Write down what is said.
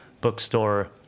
bookstore